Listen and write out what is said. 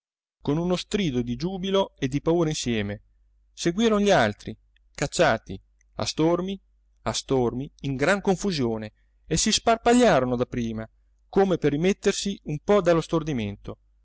con uno strido di giubilo e di paura insieme seguiron gli altri cacciati a stormi a stormi in gran confusione e si sparpagliarono dapprima come per rimettersi un po dallo stordimento